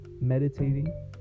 meditating